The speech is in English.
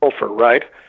right